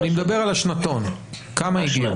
אני מדבר על השנתון, כמה הגיעו?